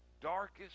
darkest